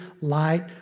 light